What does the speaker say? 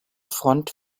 front